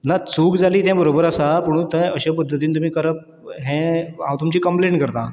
ना चूक जाली तें बरोबर आसा पूण तें अशे पद्दतीन तुमी करप हें हांव तुमची कंम्प्लेन करतां